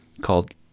called